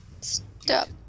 Stop